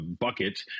bucket